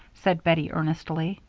said bettie, earnestly.